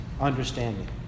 understanding